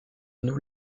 nous